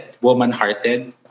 woman-hearted